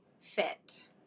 fit